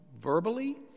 verbally